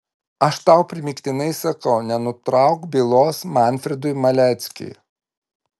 aš tau primygtinai sakau nenutrauk bylos manfredui maleckiui